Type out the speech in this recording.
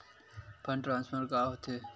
Fund transfer का होथे?